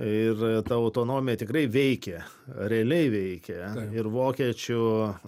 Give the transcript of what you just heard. ir ta autonomija tikrai veikė realiai veikė ir vokiečių